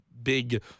big